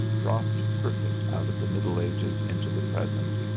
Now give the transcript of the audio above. dropped perfect out of the middle ages into the present,